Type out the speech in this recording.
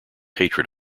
hatred